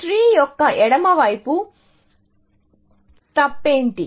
tree యొక్క ఎడమ వైపు తప్పేంటి